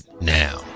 now